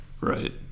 Right